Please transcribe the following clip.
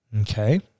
Okay